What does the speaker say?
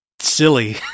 silly